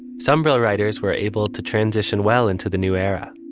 some real writers were able to transition well into the new era